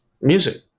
music